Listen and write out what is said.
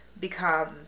become